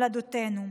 ומולדתנו,